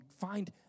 find